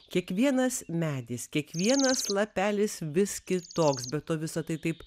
kiekvienas medis kiekvienas lapelis vis kitoks be to visa tai taip